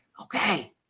okay